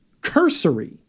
cursory